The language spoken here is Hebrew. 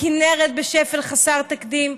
הכינרת בשפל חסר תקדים,